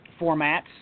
formats